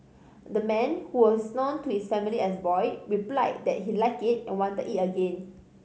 the man who is known to his family as Boy replied that he liked it and wanted it again